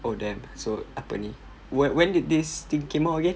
oh damn so apa ni when when did this thing came out again